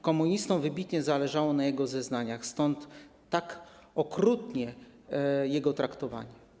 Komunistom wybitnie zależało na jego zeznaniach, stąd tak okrutne jego traktowanie.